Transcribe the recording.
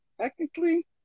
technically